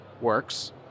works